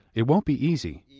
it won't be easy.